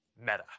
Meta